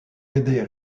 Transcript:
aider